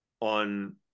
on